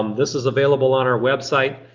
um this is available on our website.